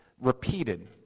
repeated